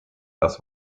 das